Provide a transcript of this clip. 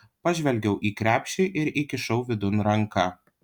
pažvelgiau į krepšį ir įkišau vidun ranką